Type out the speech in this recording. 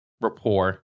rapport